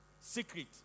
Secret